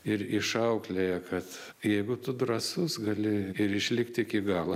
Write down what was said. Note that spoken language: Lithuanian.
ir išauklėja kad jeigu tu drąsus gali ir išlikt iki galo